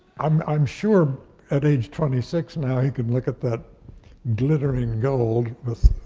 i'm i'm sure at age twenty six now he can look at that glittering gold with